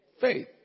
Faith